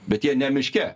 bet jie ne miške